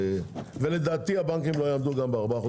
לדעתי הבנקים לא יעמדו גם בזה.